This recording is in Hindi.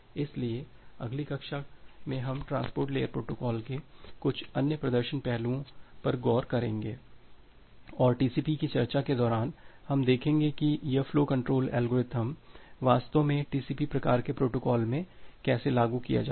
इसलिए अगली कक्षा में हम ट्रांसपोर्ट लेयर प्रोटोकॉल के कुछ अन्य प्रदर्शन पहलुओं पर गौर करेंगे और टीसीपी की चर्चा के दौरान हम देखेंगे कि यह फ्लो कंट्रोल एल्गोरिदम वास्तव में टीसीपी प्रकार के प्रोटोकॉल में कैसे लागू किया जाता है